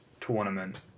tournament